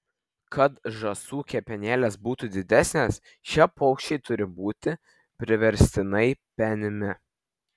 kad žąsų kepenėlės būtų didesnės šie paukščiai turi būti priverstinai penimi